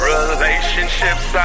Relationships